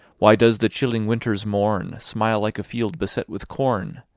why does the chilling winter's morne smile like a field beset with corn?